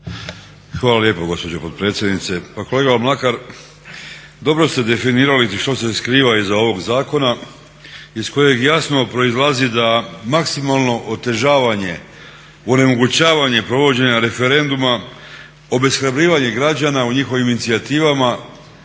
Hvala lijepa gospođo potpredsjednice. Pa kolega Mlakar dobro ste definirali što se skriva iza ovog zakona iz kojeg jasno proizlazi da maksimalno otežavanje, onemogućavanje provođenja referenduma, obeshrabrivanje građana u njihovim inicijativama